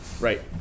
Right